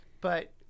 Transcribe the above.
But-